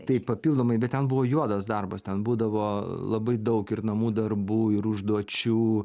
taip papildomai bet ten buvo juodas darbas ten būdavo labai daug ir namų darbų ir užduočių